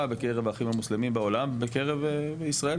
בקרב האחים המוסלמים בעולם ובקרב ישראל,